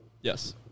Yes